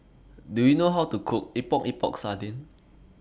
Do YOU know How to Cook Epok Epok Sardin